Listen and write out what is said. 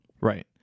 Right